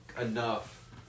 enough